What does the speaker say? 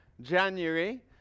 January